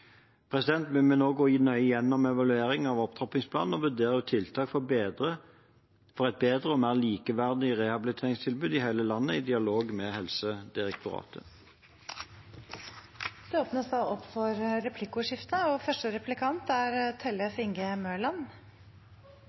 Vi vil nå gå nøye gjennom evalueringen av opptrappingsplanen og vurdere tiltak for et bedre og mer likeverdig rehabiliteringstilbud i hele landet i dialog med Helsedirektoratet. Det blir replikkordskifte. Helseministeren var innom evalueringen av opptrappingsplanen for habilitering og